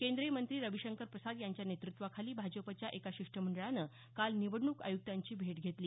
केंद्रीय मंत्री रविशंकर प्रसाद यांच्या नेतृत्वाखाली भाजपच्या एका शिष्टमंडळानं काल निवडणूक आय़क्तांची भेट घेतली